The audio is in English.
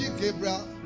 Gabriel